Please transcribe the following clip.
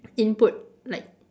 input like